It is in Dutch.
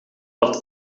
dat